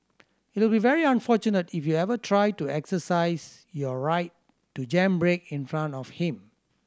it will be very unfortunate if you ever try to exercise your right to jam brake in front of him